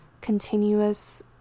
continuous